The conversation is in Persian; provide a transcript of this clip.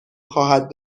خواهد